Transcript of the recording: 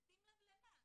בשים לב למה?